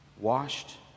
washed